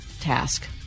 task